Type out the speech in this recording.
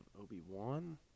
Obi-Wan